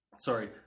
Sorry